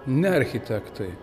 ne architektai